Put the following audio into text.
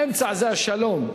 האמצע זה השלום,